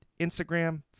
Instagram